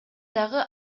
дагы